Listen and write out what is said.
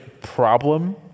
problem